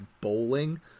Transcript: bowling